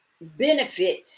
benefit